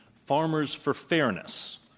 farmers for fairness,